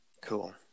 Cool